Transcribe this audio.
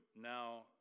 now